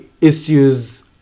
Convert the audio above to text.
issues